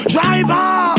Driver